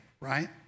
right